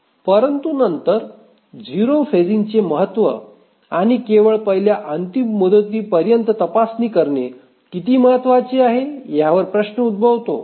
परंतु नंतर 0 फेजिंगचे महत्व आणि केवळ पहिल्या अंतिम मुदतीपर्यंत तपासणी करणे किती महत्त्वाचे आहे यावर प्रश्न उद्भवतो